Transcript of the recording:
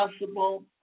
possible